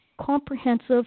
comprehensive